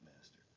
Master